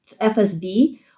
FSB